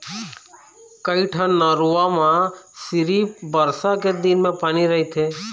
कइठन नरूवा म सिरिफ बरसा के दिन म पानी रहिथे